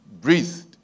breathed